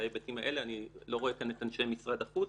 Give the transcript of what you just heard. וההיבטים האלה אני לא רואה כאן את אנשי משרד החוץ